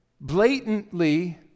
blatantly